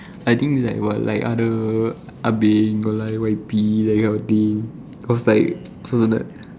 I think like what like other ah-beng got like Y_P that kind of thing cause like